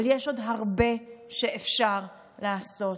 אבל יש עוד הרבה שאפשר לעשות,